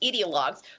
ideologues